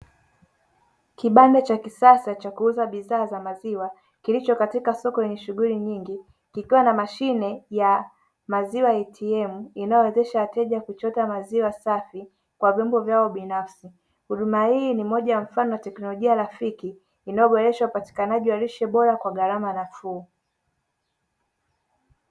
Kibanda cha kisasa cha kuuza bidhaa za maziwa kilicho katika soko lenye shughuli nyingi kikiwa na mashine ya "maziwa ATM" inayowezesha wateja kuchota maziwa safi kwa vyombo vyao binafsi, huduma hii ni moja ya mfano wa teknolojia rafiki inayoboresha upatikanaji wa lishe bora kwa gharama nafuu.